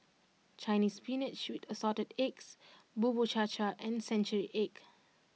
Chinese Spinach with Assorted Eggs Bubur Cha Cha and Century Egg